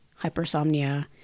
hypersomnia